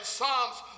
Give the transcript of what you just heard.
Psalms